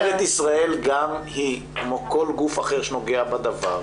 משטרת ישראל גם היא כמו כל גוף אחר שנוגע בדבר,